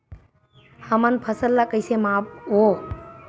हमन फसल ला कइसे माप बो?